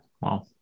wow